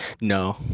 No